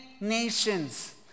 Nations